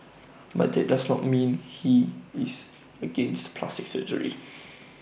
but that does not mean he is against plastic surgery